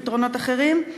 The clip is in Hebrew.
1. האם נשקלו פתרונות אחרים?